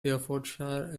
herefordshire